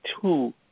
two